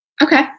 Okay